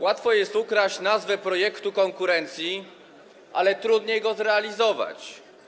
Łatwo jest ukraść nazwę projektu konkurencji, ale trudniej go zrealizować.